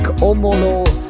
Omolo